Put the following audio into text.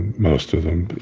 most of them.